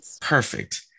perfect